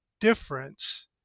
difference